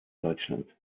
deutschland